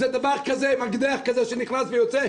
זה מקדח כזה שנכנס ויוצא,